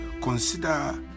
consider